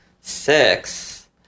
six